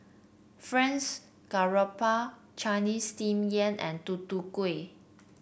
garoupa Chinese Steamed Yam and Tutu Kueh